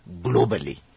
globally